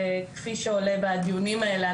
וכפי שעולה בדיונים האלה,